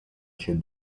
się